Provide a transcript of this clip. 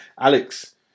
Alex